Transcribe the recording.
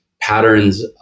patterns